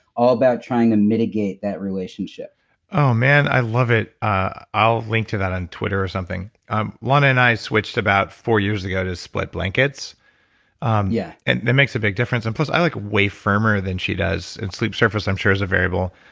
all about trying to mitigate that relationship oh man, i love it. i'll link to that on twitter or something. lana and i switched about four years ago to split blankets um yeah and it makes a big difference. and plus, i like way firmer than she does, and sleep surface i'm sure is a variable.